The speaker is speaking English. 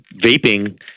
vaping